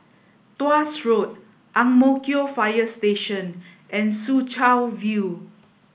Tuas Road Ang Mo Kio Fire Station and Soo Chow View